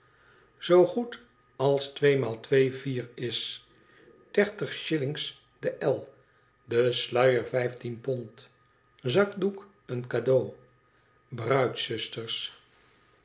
zoo goed als tweemaal twee vier is dertig shillings de el de sluier vijftien pond zakdoek een cadeau bruidzusters